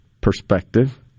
perspective